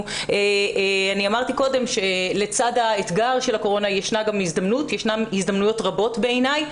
אמרתי קודם שלצד האתגר של הקורונה יש גם הזדמנויות רבות בעיניי.